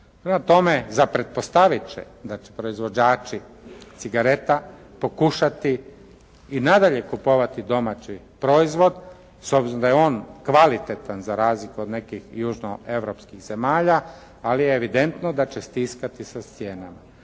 Prema tome, za predpostavit će da će proizvođači cigareta pokušati i nadalje kupovati domaći proizvod s obzirom da je on kvalitetan za razliku od nekih južno europskih zemalja, ali je evidentno da će stiskati sa cijenama.